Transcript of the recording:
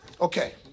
Okay